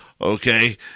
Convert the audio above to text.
Okay